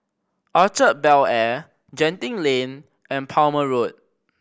Orchard Bel Air Genting Lane and Palmer Road